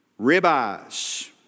ribeyes